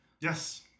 Yes